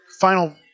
Final